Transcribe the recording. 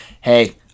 Hey